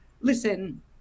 Listen